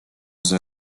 see